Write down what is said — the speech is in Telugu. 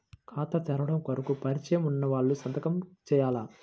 ఖాతా తెరవడం కొరకు పరిచయము వున్నవాళ్లు సంతకము చేయాలా?